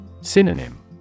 Synonym